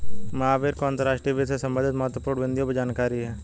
महावीर को अंतर्राष्ट्रीय वित्त से संबंधित महत्वपूर्ण बिन्दुओं पर जानकारी है